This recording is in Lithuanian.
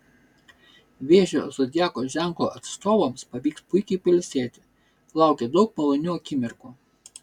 vėžio zodiako ženklo atstovams pavyks puikiai pailsėti laukia daug malonių akimirkų